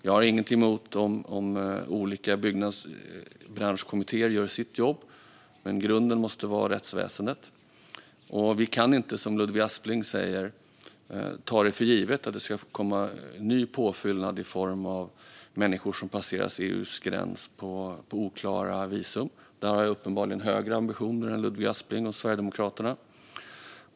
Jag har inget emot om olika byggnadsbranschkommittéer gör sitt jobb, men grunden måste vara rättsväsendet. Vi kan inte, som Ludvig Aspling säger, ta för givet att det ska komma ny påfyllnad i form av människor som passerar EU:s gräns på oklara visum. Där har jag uppenbarligen högre ambitioner än Ludvig Aspling och Sverigedemokraterna.